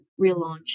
relaunch